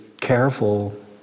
careful